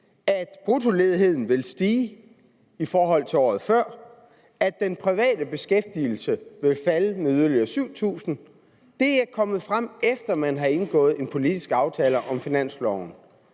at bruttoledigheden vil stige i forhold til året før, og at den private beskæftigelse vil falde med yderligere 7.000. Det er kommet frem, efter man har indgået en politisk aftale om finansloven.